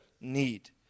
need